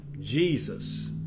Jesus